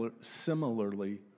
similarly